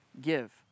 give